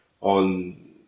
on